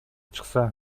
чыкса